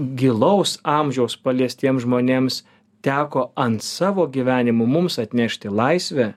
gilaus amžiaus paliestiems žmonėms teko ant savo gyvenimų mums atnešti laisvę